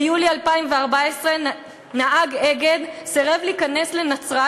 ביולי 2014 נהג "אגד" סירב להיכנס לנצרת